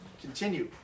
continue